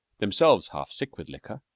themselves half sick with liquor.